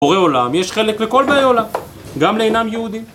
בורא עולם, יש חלק לכל באי עולם, גם לאינם יהודים.